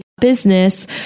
business